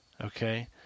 okay